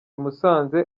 musanze